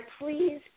please